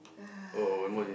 uh